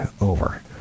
over